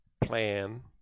plan